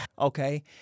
Okay